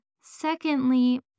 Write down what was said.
Secondly